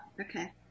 okay